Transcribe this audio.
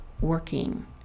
working